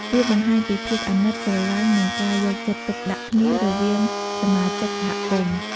វាបង្ហាញពីភាពអាណិត ស្រលាញ់ និងការយកចិត្តទុកដាក់គ្នារវាងសមាជិកសហគមន៍។